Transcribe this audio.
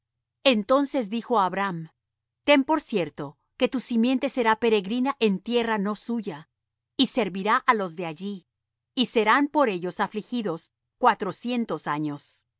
entonces dijo á abram ten por cierto que tu simiente será peregrina en tierra no suya y servirá á los de allí y serán por ellos afligidos cuatrocientos años